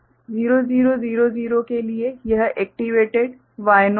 तो इस विशेष 0000 के लिए यह एक्टिवेटेड Y0 है